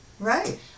right